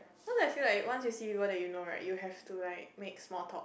cause I feel like once you see people that you know right you will have to right make small talk